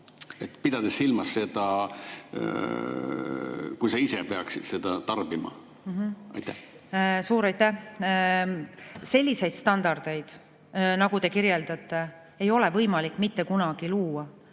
pidades silmas seda, kui sa ise peaksid seda [teenust] tarbima? Suur aitäh! Selliseid standardeid, nagu te kirjeldate, ei ole võimalik mitte kunagi luua,